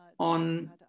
on